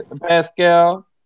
Pascal